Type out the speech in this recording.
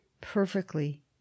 Perfectly